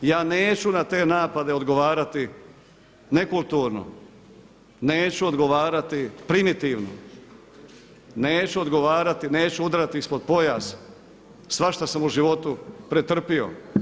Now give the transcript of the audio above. Ja neću na te napade odgovarati nekulturno, neću odgovarati primitivno, neću odgovarati, neću udarati ispod pojasa, svašta sam u životu pretrpio.